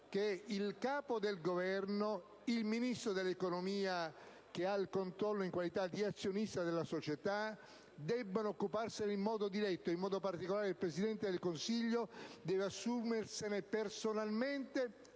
che il Capo del Governo e il Ministro dell'economia, che della società ha il controllo in qualità di azionista, debbono occuparsene in modo diretto. In modo particolare, il Presidente del Consiglio deve assumersene personalmente